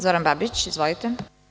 Zoran Babić, izvolite.